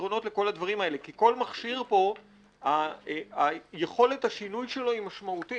כאן בכנסת, הוועדה תקים כאן בכנסת